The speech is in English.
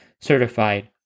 certified